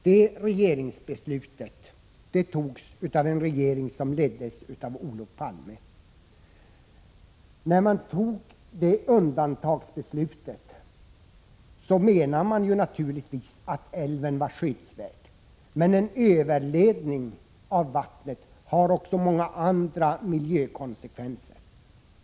Det regeringsbeslutet fattades av den regering som leddes av Olof Palme. När beslutet om undantagande fattades menade man naturligtvis att älven var skyddsvärd. Men en överledning av vattnet får många konsekvenser i miljöhänseende.